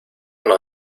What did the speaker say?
nos